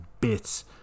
bits